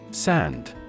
Sand